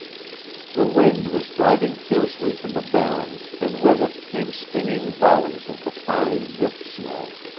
the wind was driving fiercely from the barren and with it came stinging volleys of the fine drift-snow.